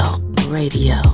Radio